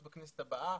אז בכנסת הבאה.